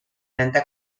nende